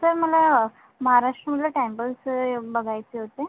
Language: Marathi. सर मला महाराष्ट्रामधले टेम्पल्स बघायचे होते